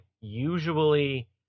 usually